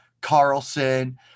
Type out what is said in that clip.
Carlson